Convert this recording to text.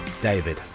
David